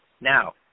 Now